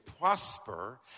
prosper